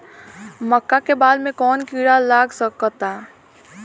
मका के बाल में कवन किड़ा लाग सकता?